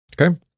okay